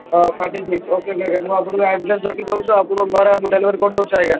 ଓ thirty six okay okay okay ମୁଁ ଆପଣଙ୍କୁ address ରଖି ଦେଉଛି ମୁଁ ଆପଣଙ୍କ ଘରେ ଡେଲିଭରି କରିଦେଉଛି ଆଜ୍ଞା